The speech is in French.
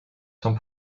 sans